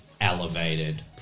elevated